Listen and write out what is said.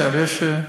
צורך בהצבעה.